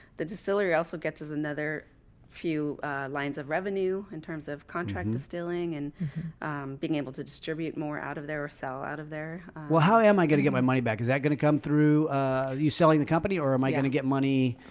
the distillery also gets us another few lines of revenue in terms of contract distilling, and being able to distribute more out of there. so out of there, well, how am i gonna get my money back? is that gonna come through you selling the company or am i gonna get money?